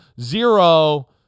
zero